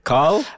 Call